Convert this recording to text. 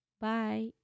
Bye